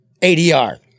ADR